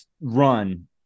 run